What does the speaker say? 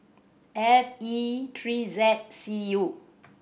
F E three Z C U